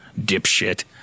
dipshit